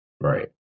Right